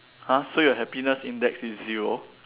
!huh! so your happiness index is zero